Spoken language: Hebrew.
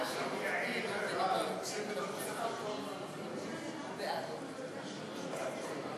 הצעת חוק ביטוח פנסיוני לעובד (תיקוני חקיקה),